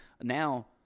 Now